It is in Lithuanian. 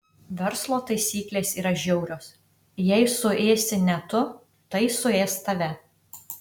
verslo taisyklės yra žiaurios jei suėsi ne tu tai suės tave